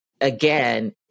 again